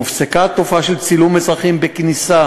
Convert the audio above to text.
הופסקה תופעה של צילום אזרחים בכניסה